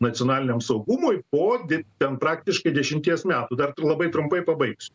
nacionaliniam saugumui po di ten praktiškai dešimties metų dar labai trumpai pabaigsiu